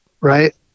Right